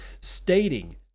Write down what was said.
stating